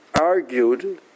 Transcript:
argued